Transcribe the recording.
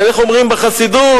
איך אומרים בחסידות?